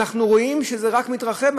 אנחנו רואים שזה רק מתרחב.